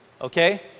okay